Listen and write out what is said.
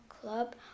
club